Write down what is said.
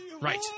Right